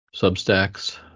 substacks